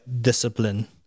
discipline